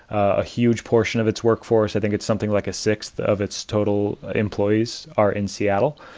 a huge portion of its workforce. i think it's something like a sixth of its total employees are in seattle,